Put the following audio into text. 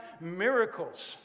miracles